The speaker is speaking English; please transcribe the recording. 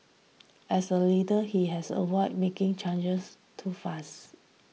as the leader he has avoid making changes too fast